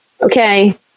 okay